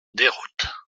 déroute